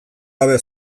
gabe